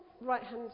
right-hand